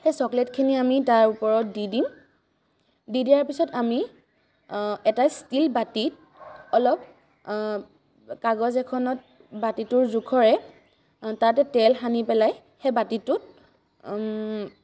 সেই চকলেটখিনি আমি তাৰ ওপৰত দি দিম দি দিয়াৰ পিছত আমি এটা ষ্টীল বাতিত অলপ কাগজ এখনত বাতিটোৰ জোখৰে তাতে তেল সানি পেলাই সেই বাতিটোত